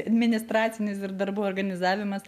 administracinis ir darbų organizavimas